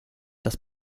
das